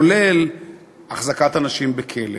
כולל החזקת אנשים בכלא,